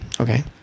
Okay